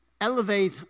elevate